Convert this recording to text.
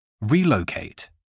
relocate